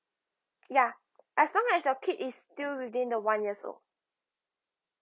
ya as long as your kid is still within the one years old